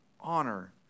honor